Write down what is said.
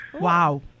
Wow